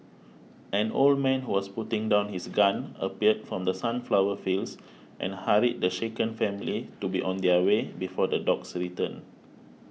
an old man who was putting down his gun appeared from the sunflower fields and hurried the shaken family to be on their way before the dogs return